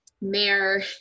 Mayor